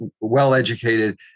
well-educated